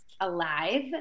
alive